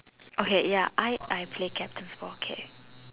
okay ya I I play captain's ball K